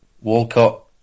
Walcott